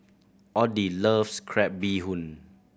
Oddie loves crab bee hoon